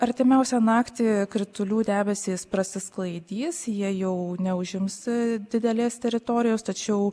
artimiausią naktį kritulių debesys prasisklaidys jie jau neužimsi didelės teritorijos tačiau